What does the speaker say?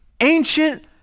ancient